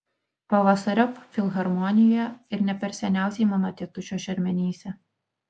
pavasariop filharmonijoje ir ne per seniausiai mano tėtušio šermenyse